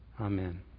Amen